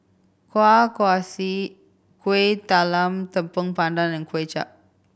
Kueh Kaswi Kuih Talam Tepong Pandan and Kuay Chap